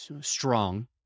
strong